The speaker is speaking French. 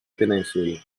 péninsule